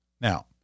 Now